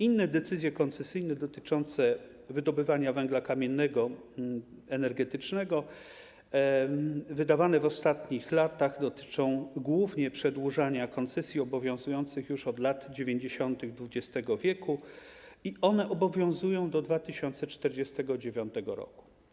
Inne decyzje koncesyjne dotyczące wydobywania węgla kamiennego, energetycznego wydawane w ostatnich latach dotyczą głównie przedłużania koncesji obowiązujących już od lat 90. XX w., i one obowiązują do 2049 r.